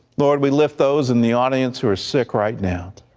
lord, we lift those in the audience who are sick right now,